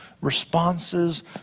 responses